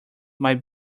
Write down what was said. might